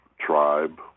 tribe